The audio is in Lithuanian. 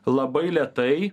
labai lėtai